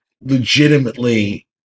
legitimately